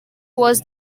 was